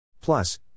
Plus